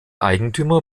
eigentümer